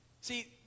See